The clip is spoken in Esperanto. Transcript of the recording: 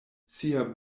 sia